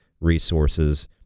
resources